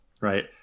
right